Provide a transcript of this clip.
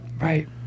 right